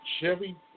Chevy